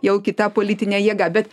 jau kita politinė jėga bet